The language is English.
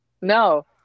no